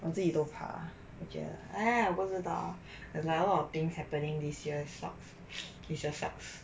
我自己都怕我觉得 我不知道 there's like a lot of thing happening this year sucks it just sucks